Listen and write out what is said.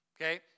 Okay